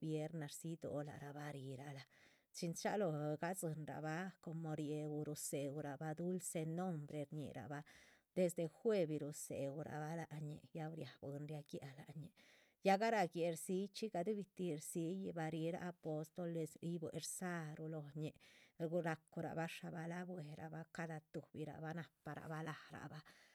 vierna rdziyih dóho ah rabah, rihila chin chalóho. gadzin rabah ah como riéuh rudzéuh rabah dulce nombre, rahbah desde juevi ridzéhurabah lac ñih, ya riá bwín riá guiáh lac ñih, ya garáh guéhl rdzíyi chxí gadubih tih rdzíyih. bah rirah apostol rdzíyih shbue rdzaruh lóho ñih racurabah shabah la´buerabah cada tuhbi rabah naparah bah lac rabah.